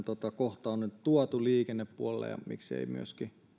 kohtaan on nyt tuotu liikennepuolelle ja miksen myöskin